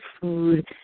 food